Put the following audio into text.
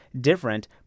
different